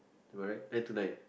am I right nine to nine